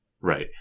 Right